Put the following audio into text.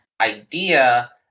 idea